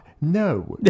No